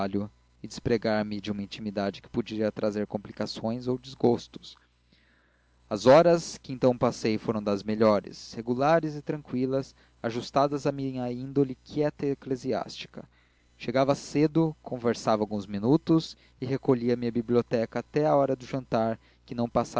e despregar me de uma intimidade que podia trazer complicações ou desgostos as horas que então passei foram das melhores regulares e tranqüilas ajustadas a minha índole quieta e eclesiástica chegava cedo conversava alguns minutos e recolhia me à biblioteca até a hora de jantar que não passava